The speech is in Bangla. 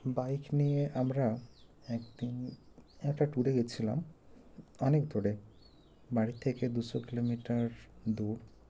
বাইক নিয়ে আমরা একদিন একটা ট্যুরে গিয়েছিলাম অনেক দূরে বাড়ির থেকে দুশো কিলোমিটার দূর